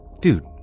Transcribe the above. Dude